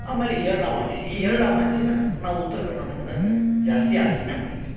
ಆಮೇಲೆ ಎಳ್ಳಾಮಾಶಿ ಈ ಎಳ್ಳಾಮಾಸಿನ ನಾವು ಉತ್ತರ ಕರ್ನಾಟಕದಾಗ ಜಾಸ್ತಿ ಆಚರಣೆ ಮಾಡ್ತೀವಿ